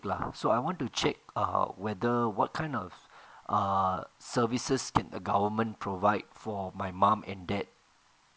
lah so I want to check err whether what kind of err services can the government provide for my mum and dad